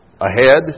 ahead